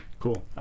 Cool